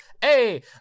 Hey